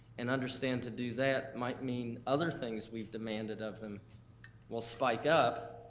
and understand to do that might mean other things we've demanded of them will spike up,